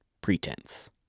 pretense